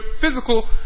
physical